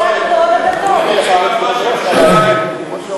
הוא אומר כל הדתות.